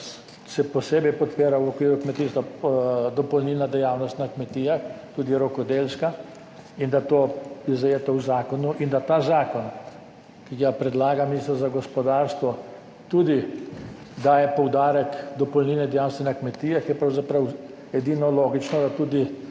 se posebej podpira v okviru kmetijstva, dopolnilna dejavnost na kmetijah, tudi rokodelska, in da to je zajeto v zakonu, in da ta zakon, ki ga predlaga minister za gospodarstvo, tudi daje poudarek dopolnilne dejavnosti na kmetijah, je pravzaprav edino logično, da tudi